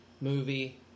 movie